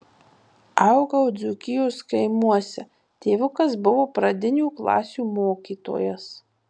augau dzūkijos kaimuose tėvukas buvo pradinių klasių mokytojas